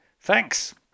thanks